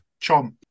chomp